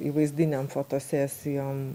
įvaizdinėm fotosesijom